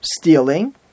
stealing